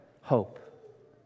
hope